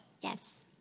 Yes